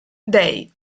dei